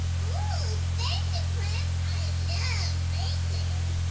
ooh, thank you friend, i love raisins.